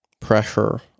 pressure